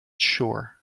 sure